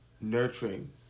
nurturing